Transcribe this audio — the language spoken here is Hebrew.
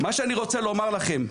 מה שאני רוצה לומר לכם,